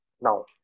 Now